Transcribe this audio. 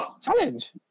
Challenge